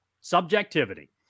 subjectivity